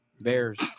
Bears